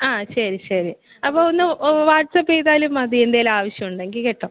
ആ ശരി ശരി അപ്പോൾ ഒന്ന് വാട്സപ്പ് ചെയ്താലും മതി എന്തെങ്കിലും ആവശ്യം ഉണ്ടെങ്കിൽ കേട്ടൊ